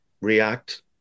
react